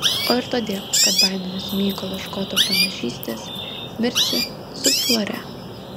o ir todėl kad baiminosi mykolo škoto pranašystės mirsi sub flore